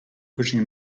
pushing